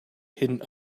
hidden